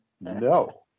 No